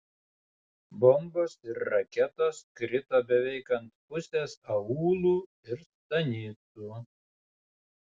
bombos ir raketos krito beveik ant pusės aūlų ir stanicų